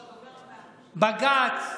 בג"ץ: